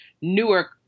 Newark